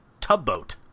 Tubboat